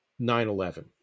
9-11